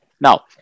Now